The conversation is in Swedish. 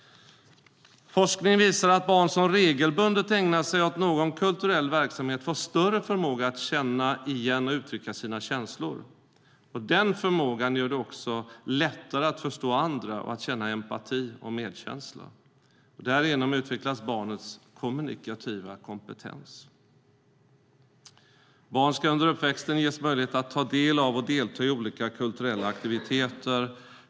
Forskning visar att barn som regelbundet ägnar sig åt någon kulturell verksamhet får större förmåga att känna igen och uttrycka sina känslor. Den förmågan gör det också lättare att förstå andra och att känna empati och medkänsla. Därigenom utvecklas barnets kommunikativa kompetens. Barn ska under uppväxten ges möjlighet att ta del av och delta i olika kulturella aktiviteter.